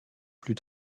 plus